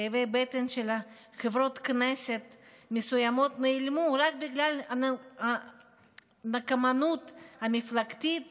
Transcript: כאבי בטן של חברות כנסת מסוימות נעלמו רק בגלל הנקמנות המפלגתית,